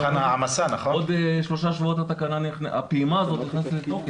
עוד שלושה שבועות הפעימה הזאת נכנסת לתוקף.